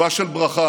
תקווה של ברכה,